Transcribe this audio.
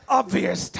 obvious